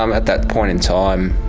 um at that point in time,